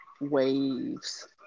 waves